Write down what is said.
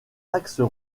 axes